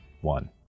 one